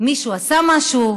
אם מישהו עשה משהו.